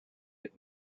had